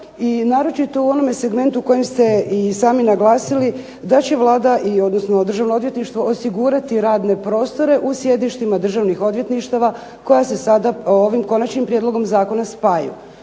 i naročito u onome segmentu u kojem ste i sami naglasili da će Vlada i odnosno državno odvjetništvo osigurati radne prostore u sjedištima državnih odvjetništava koja se sada ovim konačnim prijedlogom zakona spajaju.